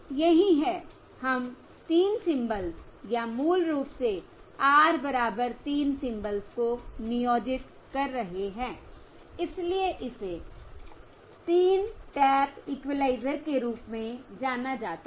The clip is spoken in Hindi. यही है हम 3 सिंबल्स या मूल रूप से R बराबर 3 सिंबल्स को नियोजित कर रहे हैं इसलिए इसे 3 टैप इक्विलाइजर के रूप में जाना जाता है